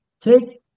take